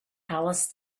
alice